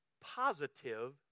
positive